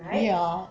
ya